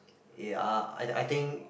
ya I I think